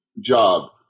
job